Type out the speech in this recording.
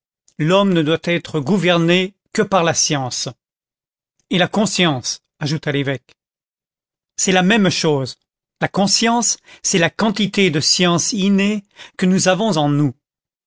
l'homme ne doit être gouverné que par la science et la conscience ajouta l'évêque c'est la même chose la conscience c'est la quantité de science innée que nous avons en nous